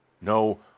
No